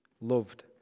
loved